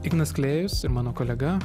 ignas klėjus mano kolega